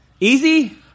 Easy